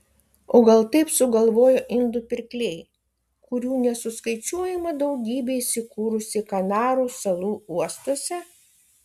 o gal taip sugalvojo indų pirkliai kurių nesuskaičiuojama daugybė įsikūrusi kanarų salų uostuose